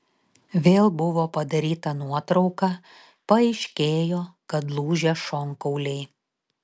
vėl buvo padaryta nuotrauka paaiškėjo kad lūžę šonkauliai